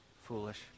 foolish